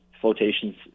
flotation